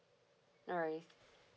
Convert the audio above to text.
no worries